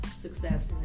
success